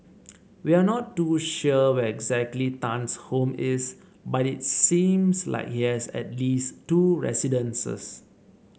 we are not too sure where exactly Tan's home is but it seems like he has at least two residences